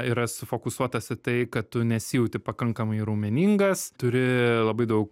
yra sufokusuotas į tai kad tu nesijauti pakankamai raumeningas turi labai daug